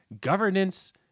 governance